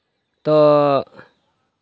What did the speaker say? ᱛᱚ